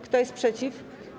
Kto jest przeciw?